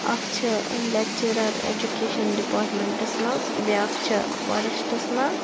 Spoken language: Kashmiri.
اَکھ چھِ لیٚکچِرَر ایٚجوٗکیشَن ڈِپاٹمٮ۪نٛٹَس منٛز بیٛاکھ چھِ فاریٚسٹَس منٛز